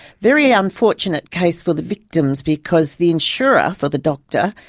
very unfortunate case for the victims because the insurer for the doctor,